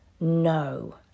No